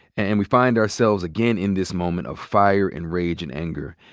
and we find ourselves again in this moment of fire, and rage, and anger.